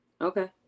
Okay